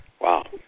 wow